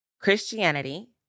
Christianity